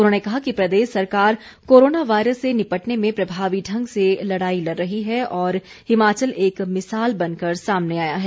उन्होंने कहा कि प्रदेश सरकार कोरोना वायरस से निपटने में प्रभावी ढंग से लड़ाई लड़ रही है और हिमाचल एक मिसाल बनकर सामने आया है